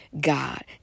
God